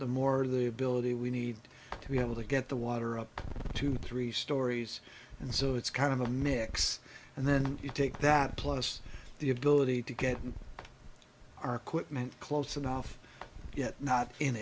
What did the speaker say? the more the ability we need to be able to get the water up to three storeys and so it's kind of a mix and then you take that plus the ability to get our quitman close enough yet not in